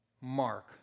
mark